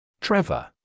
Trevor